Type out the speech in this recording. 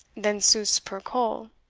than sus. per coll.